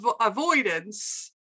avoidance